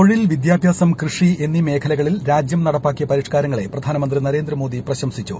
തൊഴിൽ വിദ്യാഭ്യാസം കൃഷി എന്നീ മേഖലകളിൽ രാജ്യം നടപ്പാക്കിയ പരിഷ്കാരങ്ങളെ പ്രധാനമന്ത്രി നരേന്ദ്രമോദി പ്രശംസിച്ചു